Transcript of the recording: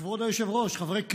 כבוד היושב-ראש, חברי הכנסת,